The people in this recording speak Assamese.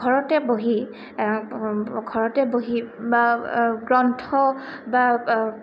ঘৰতে বহি ঘৰতে বহি বা গ্ৰন্থ বা